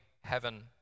heaven